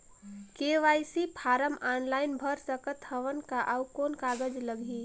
KYC form online भर सकत हवं का? अउ कौन कागज लगही?